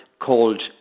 called